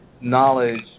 knowledge